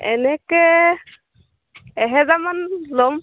এনেকে এহেজাৰমান ল'ম